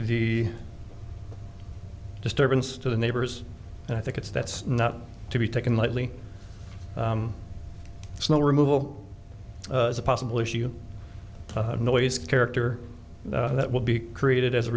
the disturbance to the neighbors and i think it's that's not to be taken lightly snow removal is a possible issue noise character that will be created as a